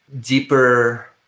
deeper